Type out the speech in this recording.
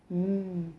mm